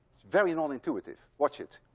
very nonintuitive. watch it.